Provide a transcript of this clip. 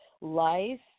life